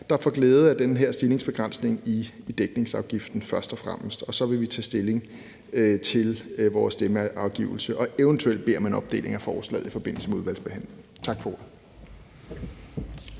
er, der får glæde af den her stigningsbegrænsning i dækningsafgiften, og så vil vi tage stilling til vores stemmeafgivelse og eventuelt bede om en opdeling af forslaget i forbindelse med udvalgsbehandlingen. Tak for